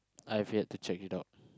I've yet to check it out